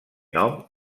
nom